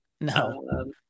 No